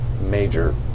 major